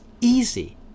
easy